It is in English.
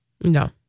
No